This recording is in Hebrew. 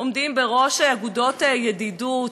עומדים בראש אגודות ידידות.